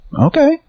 okay